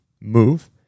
move